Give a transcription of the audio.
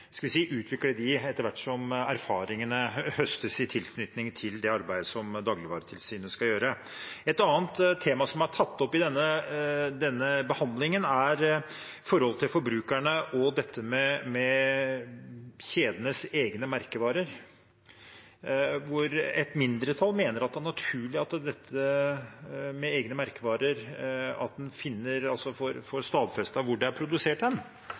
skal vi si – utvikle dem etter hvert som erfaringene høstes i tilknytning til det arbeidet som Dagligvaretilsynet skal gjøre. Et annet tema som er tatt opp i denne behandlingen, er forholdet til forbrukerne og dette med kjedenes egne merkevarer. Et mindretall mener det er naturlig at man får stadfestet hvor disse varene er produsert. Det er jo en vesentlig forbrukeropplysning. Men dette forslaget vil altså